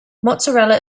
mozzarella